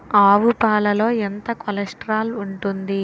ఆవు పాలలో ఎంత కొలెస్ట్రాల్ ఉంటుంది?